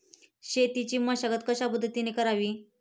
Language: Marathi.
शेतीची मशागत कशापद्धतीने करावी?